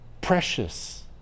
Precious